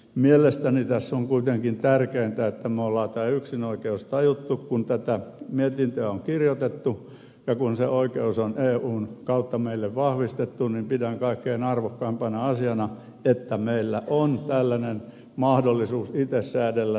mielestäni tässä on kuitenkin tärkeintä että me olemme tämän yksinoikeuden tajunneet kun tätä mietintöä on kirjoitettu ja kun se oikeus on eun kautta meille vahvistettu niin pidän kaikkein arvokkaimpana asiana että meillä on tällainen mahdollisuus itse säädellä tätä rahapelitoimintaa